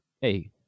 hey